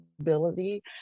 ability